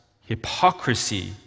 hypocrisy